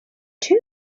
too